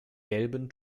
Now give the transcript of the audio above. gelben